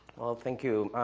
well, thank you.